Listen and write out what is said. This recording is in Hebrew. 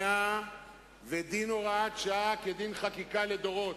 דין פרוטה כדין מאה ודין הוראת שעה כדין חקיקה לדורות.